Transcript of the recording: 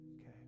Okay